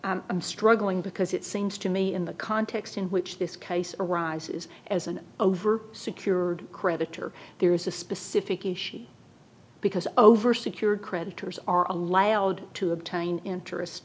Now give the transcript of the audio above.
but i'm struggling because it seems to me in the context in which this case arises as an over secured creditor there is a specific issue because over secured creditors are allowed to obtain interest